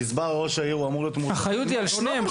הגזבר --- האחריות היא על שניהם,